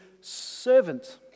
servant